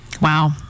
Wow